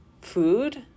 food